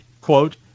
quote